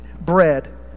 bread